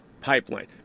pipeline